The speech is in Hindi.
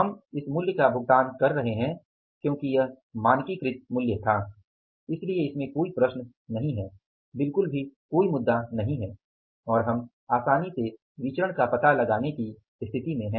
हम इस मूल्य का भुगतान कर रहे हैं क्योंकि यह मानकीकृत मूल्य था इसलिए इसमें कोई प्रश्न नहीं है बिल्कुल भी कोई मुद्दा नहीं है और हम आसानी से विचरण का पता लगाने की स्थिति में हैं